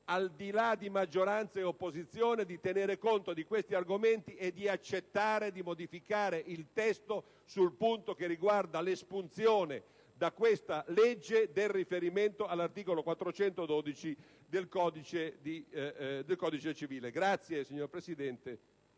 al di là di maggioranza e opposizione, di tener conto di questi argomenti e di accettare di modificare il testo sul punto che riguarda l'espunzione da questa legge del riferimento all'articolo 412 del codice di procedura civile.